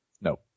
No